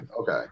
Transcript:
Okay